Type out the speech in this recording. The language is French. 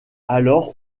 alors